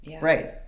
right